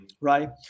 right